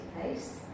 place